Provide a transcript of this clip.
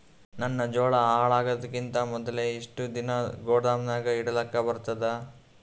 ನನ್ನ ಜೋಳಾ ಹಾಳಾಗದಕ್ಕಿಂತ ಮೊದಲೇ ಎಷ್ಟು ದಿನ ಗೊದಾಮನ್ಯಾಗ ಇಡಲಕ ಬರ್ತಾದ?